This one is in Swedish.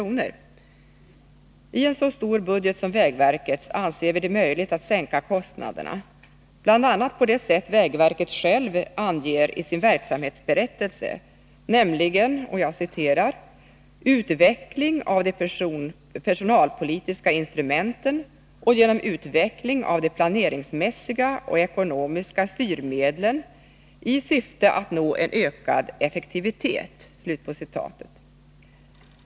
Vi anser det möjligt att i en så stor budget som vägverkets sänka kostnaderna bl.a. på det sätt vägverket självt anger i sin verksamhetsberättelse, nämligen genom ”utveckling av de personalpolitiska instrumenten och genom utveckling av de planeringsmässiga och ekonomiska styrmedlen i syfte att nå en ökad effektivitet”.